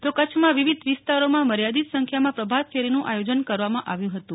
તો કચ્છમાં વિવિધ વિસ્તારોમાં મર્યાદિત સંખ્યામાં પ્રભાતફેરીનું આયોજન કરવામાં આવ્યું હતું